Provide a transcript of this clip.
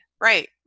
Right